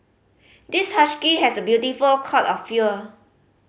this husky has a beautiful cut of fewer